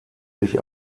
sich